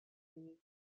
disease